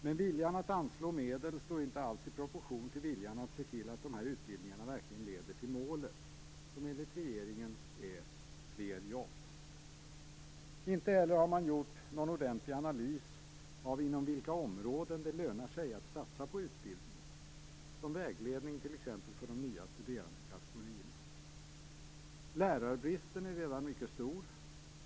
Men viljan att anslå medel står inte alls i proportion till viljan att se till att de här utbildningarna verkligen leder till målet, som enligt regeringen är fler jobb. Inte heller har man gjort någon ordentlig analys av inom vilka områden det lönar sig att satsa på utbildning, som vägledning t.ex. för de nya studerandekategorierna. Lärarbristen är redan mycket stor.